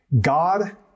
God